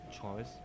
choice